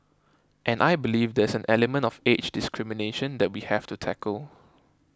and I believe there's an element of age discrimination that we have to tackle